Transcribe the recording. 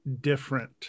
different